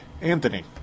Anthony